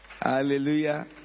hallelujah